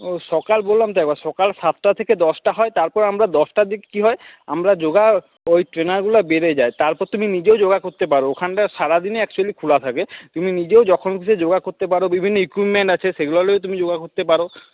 ও সকাল বললাম তো একবার সকাল সাতটা থেকে দশটা হয় তারপরে আমরা দশটার দিকে কি হয় আমরা যোগা ওই ট্রেনারগুলো বেরিয়ে যায় তারপর তুমি নিজেও যোগা করতে পারো ওখানটায় সারাদিনে একচুয়ালি খোলা থাকে তুমি নিজেও যখন খুশি যোগা করতে পারো বিভিন্ন ইকুইপমেন্ট আছে সেগুলো নিয়েও তুমি যোগা করতে পারো